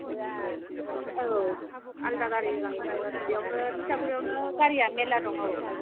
औ आलादा गारिजों गाखोनो हागोन बेयावनो थिथागुरिआवनो गारिया मेल्ला दं औ